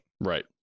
Right